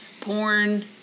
porn